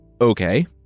Okay